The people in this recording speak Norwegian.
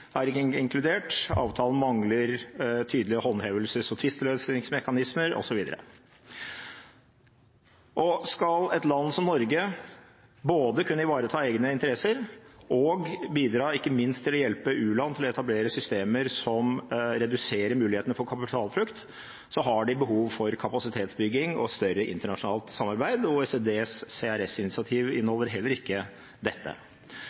er ikke inkludert. Avtalen mangler tydelig håndhevelse, som tvisteløsningsmekanismer osv. Skal et land som Norge både kunne ivareta egne interesser og bidra ikke minst til å hjelpe u-land med å etablere systemer som reduserer mulighetene for kapitalflukt, har de behov for kapasitetsbygging og større internasjonalt samarbeid. OECDs CRS-initiativ inneholder heller ikke dette.